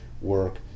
work